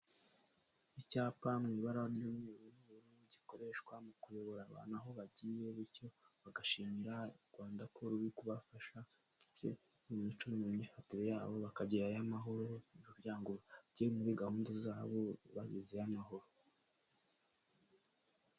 Icyapa mu ibara ry'umwiruro gikoreshwa mu kuyobora abantu aho bagiye, bityo bagashimira u Rwanda ko ruri kubafasha ndetse mu mico n'imyifatire yabo bakagirayo amahoro, kugira ngo bajye muri gahunda zabo bagezeho amahoro.